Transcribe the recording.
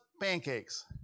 pancakes